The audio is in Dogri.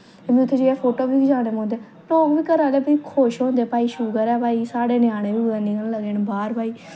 में उत्थें जाइयै फोटो बी खचाने पौंदे लोग बी घर आह्ले बी खुश होंदे बाई शुकर ऐ भाई साढ़े ञ्यानें बी कुतै निकलन लगे न बाह्र भाई